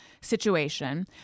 situation